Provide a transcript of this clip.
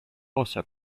also